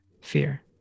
fear